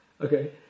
Okay